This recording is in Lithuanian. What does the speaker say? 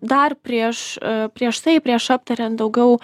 dar prieš prieš tai prieš aptariant daugiau